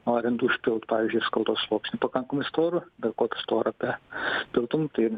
norint užpilt pavyzdžiui skaldos sluoksniu pakankamai storu bet kokį storą be piltum tai